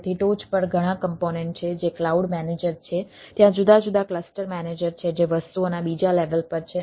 તેથી ટોચ પર ઘણા કોમ્પોનેન્ટ છે